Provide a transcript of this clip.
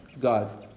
God